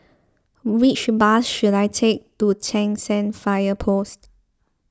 which bus should I take to Cheng San Fire Post